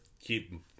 keep